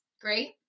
Great